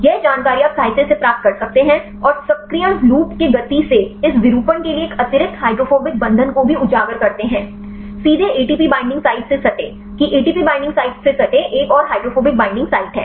यह जानकारी आप साहित्य से प्राप्त कर सकते हैं और सक्रियण लूप के गति से इस विरूपण के लिए एक अतिरिक्त हाइड्रोफोबिक बंधन को भी उजागर करते हैं सीधे एटीपी बिंडिंग साइट से सटे कि एटीपी बिंडिंग साइटों से सटे एक और हाइड्रोफोबिक बिंडिंग साइट है